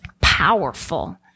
powerful